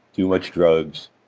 too much drugs,